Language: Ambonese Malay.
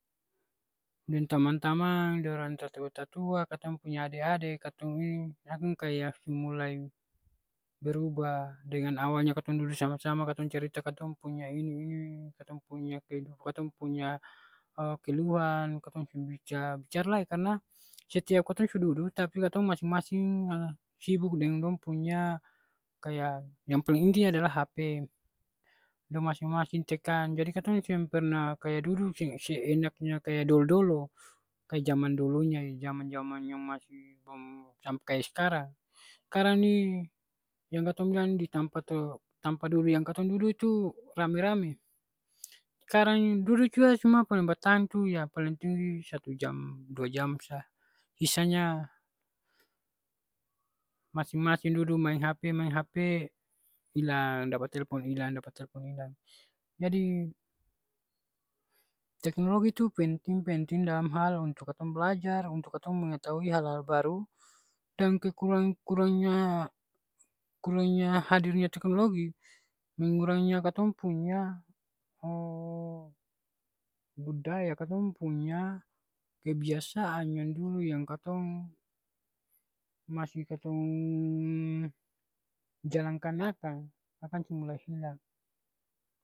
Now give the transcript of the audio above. Deng tamang-tamang, deng orang tatua-tatua katong punya ade-ade, katong ini akang kaya su mulai berubah dengan awalnya katong dudu sama-sama katong cerita katong punya ini ini, katong punya kehidu- katong punya keluhan, katong seng bicara bicara lai karna setiap katong su dudu tapi katong masing-masing sibuk deng dong punya kaya yang paling inti adalah hp. Dong masing-masing tekan, jadi katong seng perna kaya dudu seng seenaknya kaya dolo-dolo, kaya jaman dolonya, jaman-jaman yang masih blom sama kaya skarang. Skarang ni yang katong bilang di tampa, tampa dudu yang katong dudu itu rame-rame. Skarang ni dudu jua cuma paleng bertahan tu ya paleng tinggi satu jam dua jam sa. Sisanya masing-masing dudu maeng hp maeng hp, ilang, dapa telpon ilang, dapa telpon ilang, jadi teknologi tu penting, penting dalam hal untuk katong blajar, untuk katong mengetahui hal-hal baru dan kekurang kurangnya kurangnya hadirnya teknologi, mengurangnya katong puny budaya, katong punya kebiasaan yang dulu yang katong masih katong jalankan akang, akang su mulai hilang.